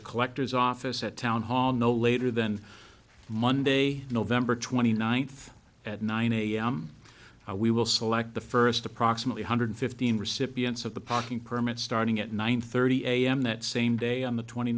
the collectors office at town hall no later than monday nov twenty ninth at nine a m we will select the first approximately one hundred fifteen recipients of the parking permit starting at nine thirty a m that same day on the twenty